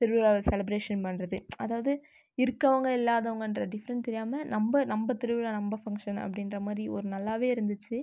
திருவிழாவை செலப்ரேஷன் பண்ணுறது அதாவது இருக்கவங்க இல்லாதவங்கன்ற டிஃப்ரண்ட் தெரியாமல் நம்ம நம்ம திருவிழா நம்ம ஃபங்க்ஷன் அப்படின்ற மாதிரி ஒரு நல்லாவே இருந்துச்சு